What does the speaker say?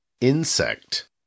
Insect